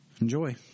Enjoy